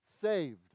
saved